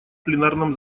пленарном